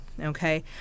Okay